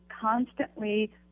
constantly